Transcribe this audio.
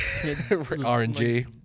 RNG